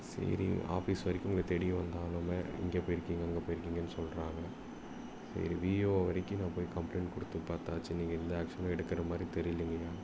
சரி ஆபீஸ் வரைக்கும் உங்களை தேடியும் வந்தாலுமே இங்கேப் போயிருக்கீங்க அங்கேப் போயிருக்கீங்கன்னு சொல்கிறாங்க சரி விஏஓ வரைக்கும் நான் போய் கம்ப்ளைண்ட் கொடுத்துப் பார்த்தாச்சி நீங்கள் எந்த ஆக்ஷனும் எடுக்கிற மாதிரி தெரியலைங்கய்யா